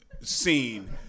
scene